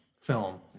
film